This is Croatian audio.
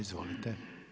Izvolite.